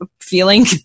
feeling